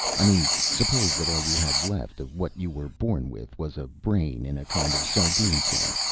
i mean suppose that all you had left of what you were born with was a brain in a kind of sardine can,